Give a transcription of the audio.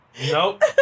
Nope